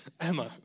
Emma